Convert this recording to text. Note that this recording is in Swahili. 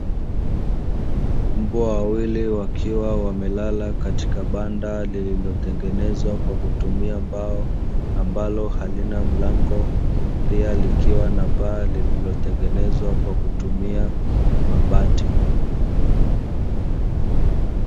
Mbwa wawili wakiwa wamelala katika banda lililotengenezwa kwa kutumia mbao, ambalo halina mlango pia likiwa na paa, lililotengenezwa kwa kutumia mabati.